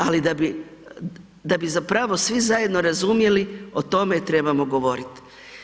Ali, da bi zapravo svi zajedno razumjeli, o tome trebamo govoriti.